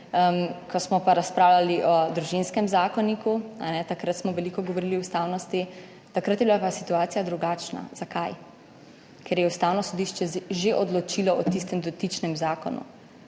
ko smo pa razpravljali o Družinskem zakoniku, takrat smo veliko govorili o ustavnosti, takrat je bila pa situacija drugačna. Zakaj? Ker je Ustavno sodišče že odločilo o tistem dotičnem zakonu.